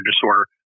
disorder